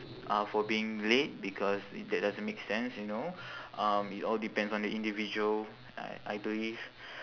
uh for being late because that doesn't make sense you know um it all depends on the individual I I believe